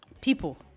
people